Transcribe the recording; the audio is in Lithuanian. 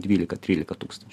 dvylika trylika tūkstančių